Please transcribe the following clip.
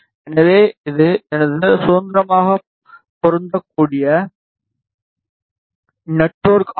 எனவே இது எனது சுதந்திரமாக பொருந்தக்கூடிய நெட்ஒர்க் ஆகும்